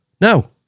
No